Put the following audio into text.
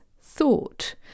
thought